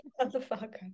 motherfucker